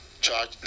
charge